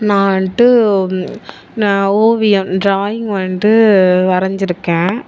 நான் வந்துட்டு நான் ஓவியம் டிராயிங் வந்துட்டு வரைஞ்சிருக்கேன்